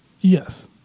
Yes